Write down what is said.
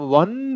one